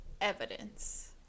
evidence